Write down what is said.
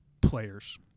players